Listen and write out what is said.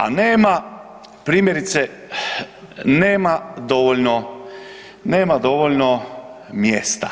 A nema primjerice, nema dovoljno mjesta,